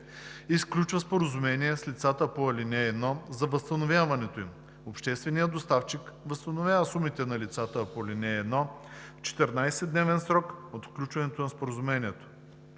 и сключва споразумение с лицата по ал. 1 за възстановяването им. Общественият доставчик възстановява сумите на лицата по ал. 1 в 14-дневен срок от сключването на споразумението.